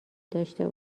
داشته